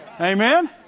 Amen